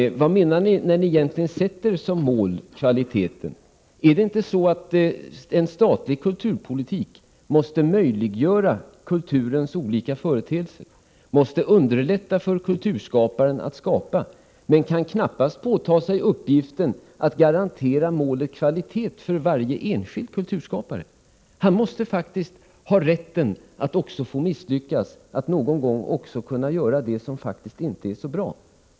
Vad menar ni egentligen när ni sätter kvalitet som mål? Måste inte en statlig kulturpolitik möjliggöra kulturens olika företeelser, underlätta för kulturskaparen att skapa? Den kan knappast påta sig uppgiften att garantera målet kvalitet för varje enskild kulturskapare. Han måste faktiskt ha rätten att få misslyckas, att någon gång också kunna göra det som faktiskt inte är så bra.